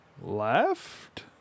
left